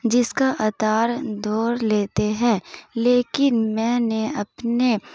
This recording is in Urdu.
جس کا اتار دور لیتے ہیں لیکن میں نے اپنے